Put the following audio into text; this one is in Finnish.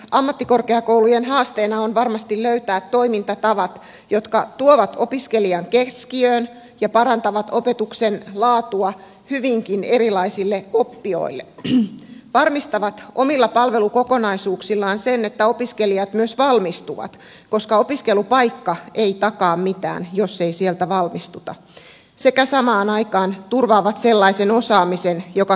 ammattikorkeakoulujen haasteena on varmasti löytää toimintatavat jotka tuovat opiskelijan keskiöön ja parantavat opetuksen laatua hyvinkin erilaisille oppijoille varmistavat omilla palvelukokonaisuuksillaan sen että opiskelijat myös valmistuvat koska opiskelupaikka ei takaa mitään jos ei sieltä valmistuta sekä samaan aikaan turvaavat sellaisen osaamisen joka kelpaa työmarkkinoilla